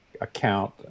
account